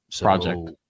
Project